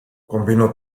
combinó